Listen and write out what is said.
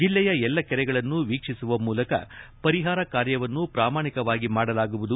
ಜಿಲ್ಲೆಯ ಎಲ್ಲಾ ಕೆರೆಗಳನ್ನು ವೀಕ್ಷಿಸುವ ಮೂಲಕ ಪರಿಹಾರ ಕಾರ್ಯವನ್ನು ಪ್ರಾಮಾಣಿಕವಾಗಿ ಮಾಡಲಾಗುವುದು